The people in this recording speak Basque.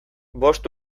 bost